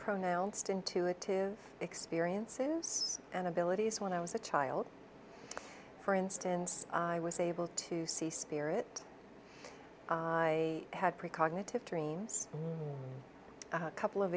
pronouns to intuitive experiences and abilities when i was a child for instance i was able to see spirit i had precognitive dreams a couple of